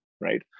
right